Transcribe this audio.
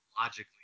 logically